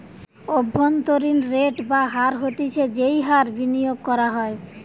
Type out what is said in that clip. অভ্যন্তরীন রেট বা হার হতিছে যেই হার বিনিয়োগ করা হয়